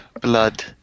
blood